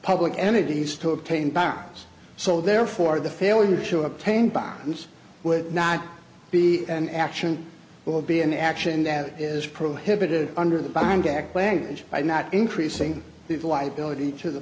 public entities to obtain bonds so therefore the failure to obtain bombs would not be an action will be an action that is prohibited under the behind act language by not increasing the liability t